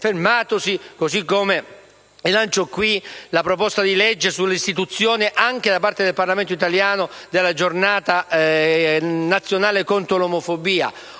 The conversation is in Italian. all'esame della proposta di legge sull'istituzione, anche da parte del Parlamento italiano, della Giornata nazionale contro l'omofobia.